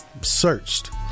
searched